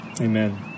amen